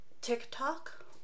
TikTok